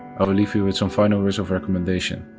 i will leave you with some final words of recommendation.